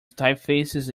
typefaces